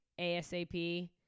ASAP